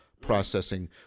processing